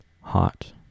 hot